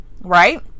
right